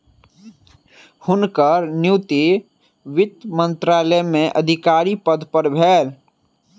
हुनकर नियुक्ति वित्त मंत्रालय में अधिकारी पद पर भेल